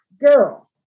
girl